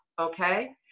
Okay